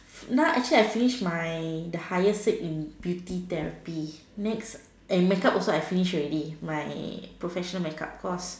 now actually I finish my the highest cert in beauty therapy next and makeup also finish already my professional makeup course